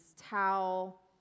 towel